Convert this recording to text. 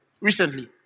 Recently